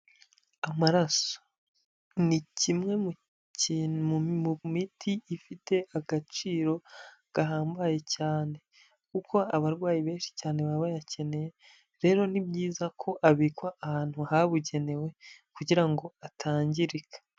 Amaraso ni kimwe mu miti ifite agaciro gahambaye cyane kuko abarwayi benshi cyane baba bayakeneye, rero ni byiza ko abikwa ahantu habugenewe kugira ngo atangirika.